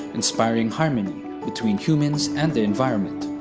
inspiring harmony between humans and the environment.